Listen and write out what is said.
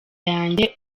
yanjye